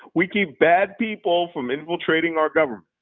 we keep bad people from infiltrating our government.